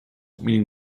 meaning